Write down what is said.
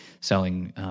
selling